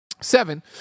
Seven